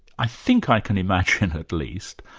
i think i can imagine at least,